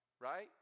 Right